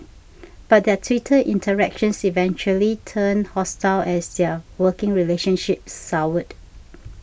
but their Twitter interactions eventually turned hostile as their working relationship soured